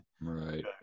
Right